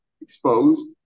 exposed